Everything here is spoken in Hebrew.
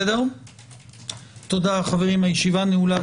תודה רבה, הישיבה נעולה.